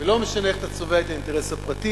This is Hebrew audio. ולא משנה איך אתה צובע את האינטרס הפרטי,